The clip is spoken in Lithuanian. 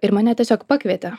ir mane tiesiog pakvietė